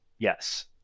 Yes